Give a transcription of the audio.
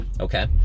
Okay